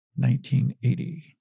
1980